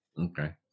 Okay